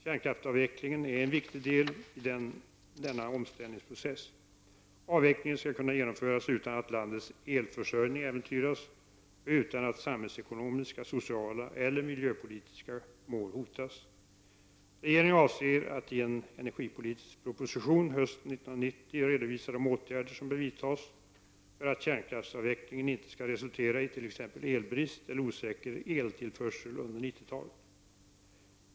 Kärnkraftsavvecklingen är en viktig del i denna omställningsprocess. Avvecklingen skall kunna genomföras utan att landets elförsörjning äventyras och utan att samhällsekonomiska, sociala eller miljöpolitiska mål hotas. Regeringen avser att i en energipolitisk proposition hösten 1990 redovisa de åtgärder som bör vidtas för att kärnkraftsavvecklingen inte skall resultera i t.ex. elbrist eller osäker eltillförsel under 1990-talet.